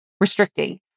restricting